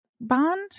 bond